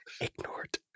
Ignored